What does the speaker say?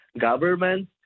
government